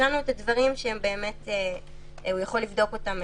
רשמנו את הדברים שהוא יכול לבדוק אותם מראש.